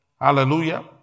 Hallelujah